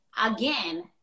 again